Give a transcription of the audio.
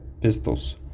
pistols